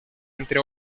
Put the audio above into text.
entre